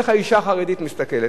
איך האשה החרדית מסתכלת.